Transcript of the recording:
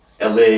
LA